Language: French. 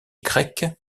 grecque